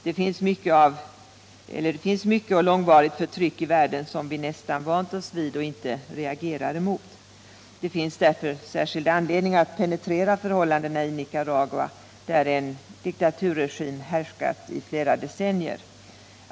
Det finns mycket och långvarigt förtryck i världen som vi nästan vant oss vid och inte reagerar mot. Därför finns det särskild anledning att penterera förhållandena i Nicaragua, där en diktaturregim härskat i flera decennier.